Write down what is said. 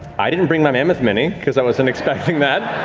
i didn't bring my mammoth mini because i wasn't expecting that.